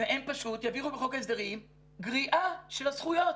והם פשוט יעבירו בחוק ההסדרים גריעה של הזכויות,